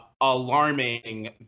alarming